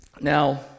Now